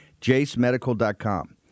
JaceMedical.com